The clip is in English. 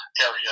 area